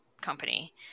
company